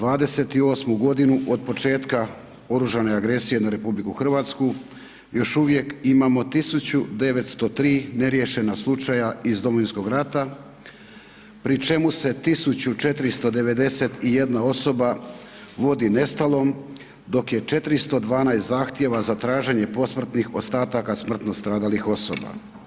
28 g. od početka oružane agresije na RH još uvijek imamo 1903 neriješena slučaja iz Domovinskog rata pri čemu se 1491 osoba vodi nestalom dok je 412 zahtjeva za traženje posmrtnih ostataka smrtno stradalih osoba.